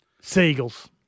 Seagulls